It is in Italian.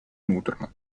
nutrono